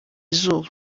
izuba